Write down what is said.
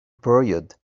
period